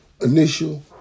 initial